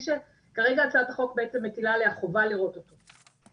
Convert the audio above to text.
כרגע הצעת החוק בעצם מתילה עליה חובה לראות אותו,